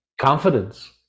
Confidence